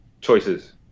Choices